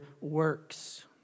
works